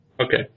okay